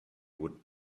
would